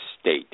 state